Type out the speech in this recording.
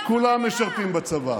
חברת הכנסת ביטון.